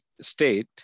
state